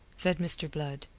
said mr. blood,